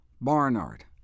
Barnard